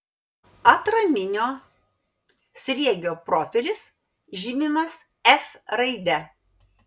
atraminio sriegio profilis žymimas s raide